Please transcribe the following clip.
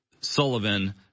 Sullivan